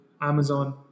Amazon